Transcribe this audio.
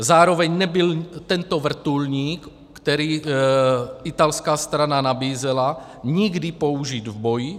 Zároveň nebyl tento vrtulník, který italská strana nabízela, nikdy použit v boji.